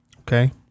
Okay